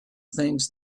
things